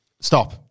Stop